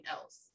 else